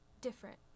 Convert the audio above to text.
different